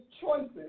choices